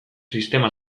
sistema